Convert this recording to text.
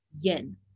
yin